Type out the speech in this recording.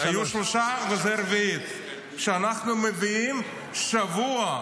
היו שלוש, וזאת הרביעית שאנחנו מביאים שבוע,